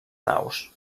naus